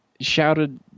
shouted –